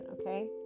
Okay